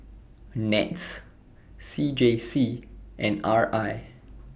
Nets C J C and R I